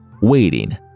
waiting